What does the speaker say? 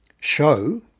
show